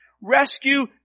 Rescue